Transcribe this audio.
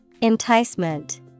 Enticement